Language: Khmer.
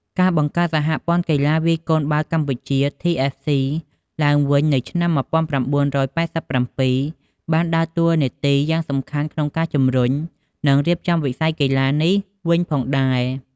ការបង្កើត សហព័ន្ធកីឡាវាយកូនបាល់កម្ពុជា TFC ឡើងវិញនៅឆ្នាំ ១៩៨៧ បានដើរតួនាទីយ៉ាងសំខាន់ក្នុងការជំរុញ និងរៀបចំវិស័យកីឡានេះវិញផងដែរ។